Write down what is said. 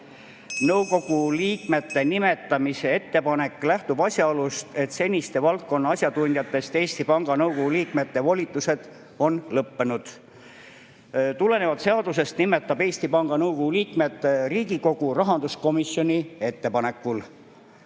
Nõukogu uute liikmete nimetamise ettepanek lähtub asjaolust, et seniste valdkonna asjatundjatest Eesti Panga Nõukogu liikmete volitused on lõppenud. Tulenevalt seadusest nimetab Eesti Panga Nõukogu liikmed Riigikogu rahanduskomisjoni ettepanekul. Arutelu,